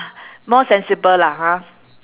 more sensible lah ha